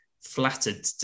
flattered